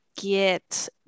get